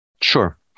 Sure